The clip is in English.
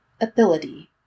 ability